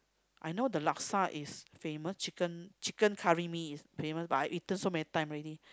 I know the laksa is famous chicken chicken curry-mee is famous but I eaten so many times already